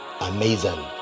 Amazing